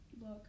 look